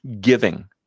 giving